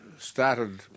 Started